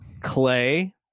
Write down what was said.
clay